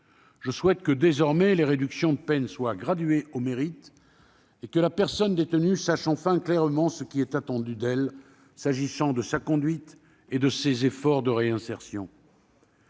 Je souhaite que, désormais, les réductions de peine soient graduées au mérite et que la personne détenue sache enfin clairement ce qui est attendu d'elle en termes de conduite et d'efforts de réinsertion.